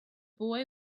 boy